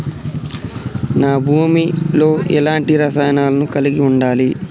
నా భూమి లో ఎలాంటి రసాయనాలను కలిగి ఉండాలి?